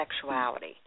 sexuality